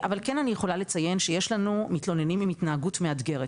אבל כן אני יכולה לציין שיש לנו מתלוננים עם התנהגות מאתגרת